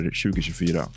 2024